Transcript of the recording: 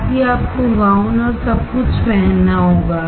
साथ ही आपको गाउन और सब कुछ पहनना होगा